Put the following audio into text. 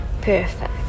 perfect